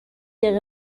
دقیقه